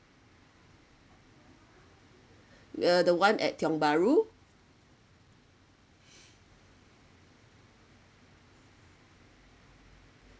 uh the one at tiong bahru